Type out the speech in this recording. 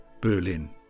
Berlin